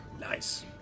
Nice